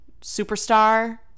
superstar